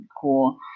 cool